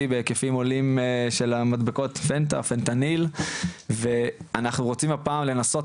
בהיקפים עולים של המדבקותFENTA FENTANIL ואנחנו רוצים הפעם לנסות